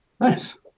Nice